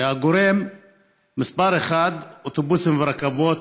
והגורם מספר אחת, אוטובוסים ורכבות,